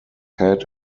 head